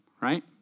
right